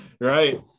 right